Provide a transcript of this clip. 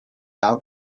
out